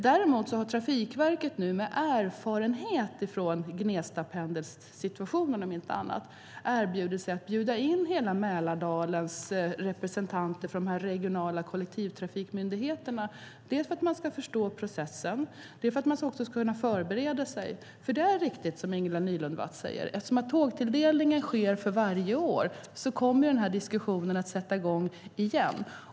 Däremot har Trafikverket nu, med erfarenhet från situationen med Gnestapendeln om inte annat, erbjudit sig att bjuda in hela Mälardalens representanter för de regionala kollektivtrafikmyndigheterna för att de ska förstå processen och för att de ska kunna förbereda sig. Det är riktigt, som Ingela Nylund Watz säger, att eftersom kapacitetstilldelningen sker varje år kommer denna diskussion att sätta i gång igen.